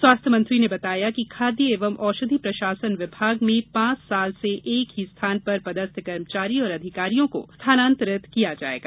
स्वास्थ्य मंत्री ने बताया कि खाद्य एवं औषधि प्रशासन विभाग में पांच साल से एक ही स्थान पर पदस्थ कर्मचारी और अधिकारियों को स्थानांतरित किया जायेगा